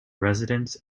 residents